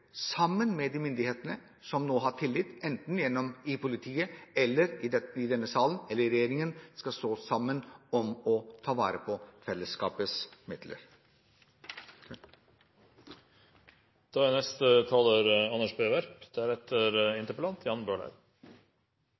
de myndighetene som nå har tillit, enten det er politiet, vi i denne salen eller i regjeringen, skal stå sammen om å ta vare på fellesskapets midler. Det er